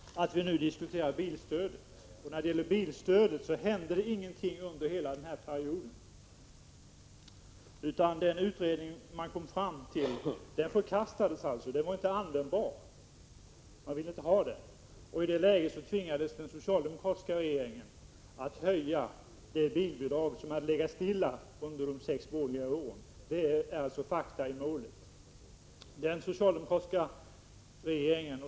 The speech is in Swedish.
Herr talman! När det gäller bilstödet, som vi nu diskuterar, hände det ingenting under hela den borgerliga regeringsperioden. Den utredning som gjordes var inte användbar, utan den förkastades. I det läget tvingades den socialdemokratiska regeringen att höja det bilbidrag som hade legat stilla under de sex borgerliga regeringsåren. Det är fakta i målet.